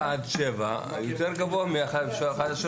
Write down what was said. אני מבין באשכולות, אבל 7-4 יותר גבוה מ-3-1,